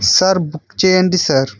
sir book చేయండి sir